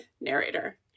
Narrator